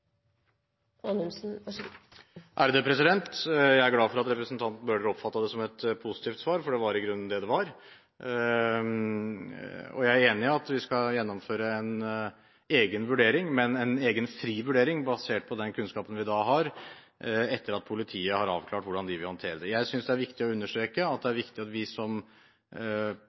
et positivt svar, for det var i grunnen det det var. Jeg er enig i at vi skal gjennomføre en egen vurdering, men en egen fri vurdering basert på den kunnskapen vi har, etter at politiet har avklart hvordan de vil håndtere det. Jeg synes det er viktig å understreke at det er viktig at vi fra regjeringens side ikke fatter beslutninger som